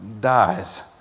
dies